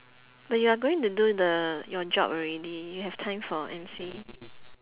but you're going to do the your job already you have time for emcee